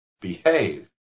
behave